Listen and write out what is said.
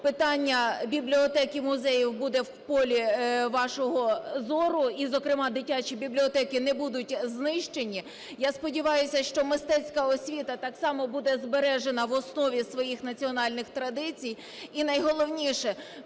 питання бібліотек і музеїв буде в полі вашого зору, і, зокрема, дитячі бібліотеки не будуть знищені. Я сподіваюсь, що мистецька освіта так само буде збережена в основі своїх національних традицій. І найголовніше,